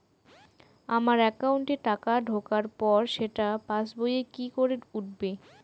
আমার একাউন্টে টাকা ঢোকার পর সেটা পাসবইয়ে কি করে উঠবে?